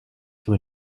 sur